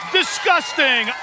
disgusting